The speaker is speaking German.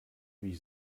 wie